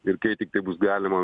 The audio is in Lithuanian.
ir kai tiktai bus galima